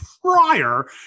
prior